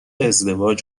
ازدواج